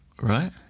Right